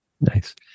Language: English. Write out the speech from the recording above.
Nice